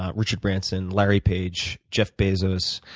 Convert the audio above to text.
ah richard branson, larry page, jeff bezos.